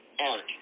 art